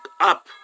up